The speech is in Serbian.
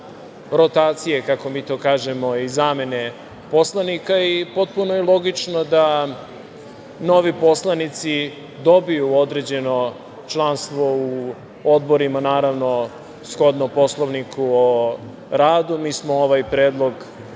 rotacije, kako mi to kažemo, i zamene poslanika i potpuno je logično da novi poslanici dobiju određeno članstvo u odborima, naravno, shodno Poslovniku o radu. Mi smo ovaj predlog